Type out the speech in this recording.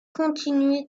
continué